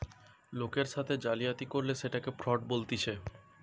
লোকের সাথে জালিয়াতি করলে সেটকে ফ্রড বলতিছে